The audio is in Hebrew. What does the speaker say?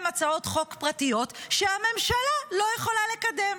הצעות חוק פרטיות שהממשלה לא יכולה לקדם.